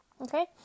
Okay